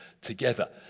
together